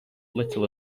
little